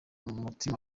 murima